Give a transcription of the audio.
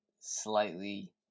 slightly